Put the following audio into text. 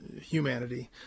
humanity